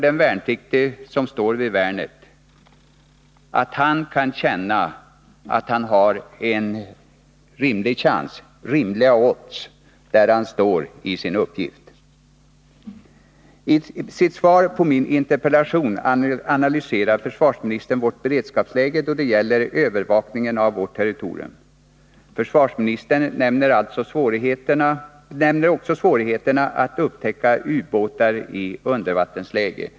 Den värnpliktige som står vid värnet skall kunna känna att oddsen är rimliga — att han har en chans där han står i sin uppgift. I sitt svar på min interpellation analyserar försvarsministern vårt beredskapsläge då det gäller övervakningen av vårt territorium. Försvarsministern nämner också svårigheterna att upptäcka ubåtar i undervattensläge.